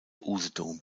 usedom